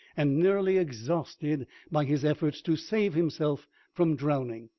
and nearly exhausted by his efforts to save himself from drowning.